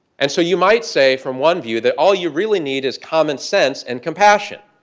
and so you might say, from one view, that all you really need is common sense and compassion.